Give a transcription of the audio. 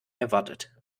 erwartet